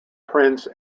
prince